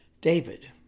David